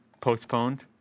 postponed